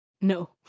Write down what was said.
No